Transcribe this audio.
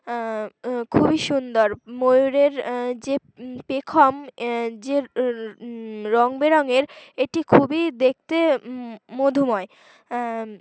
খুবই সুন্দর ময়ূরের যে পেখম যে রঙ বেরঙের এটি খুবই দেখতে মধুময়